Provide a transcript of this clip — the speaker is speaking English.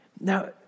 Now